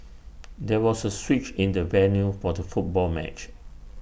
there was A switch in the venue for the football match